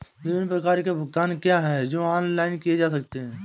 विभिन्न प्रकार के भुगतान क्या हैं जो ऑनलाइन किए जा सकते हैं?